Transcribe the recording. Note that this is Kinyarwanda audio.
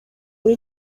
muri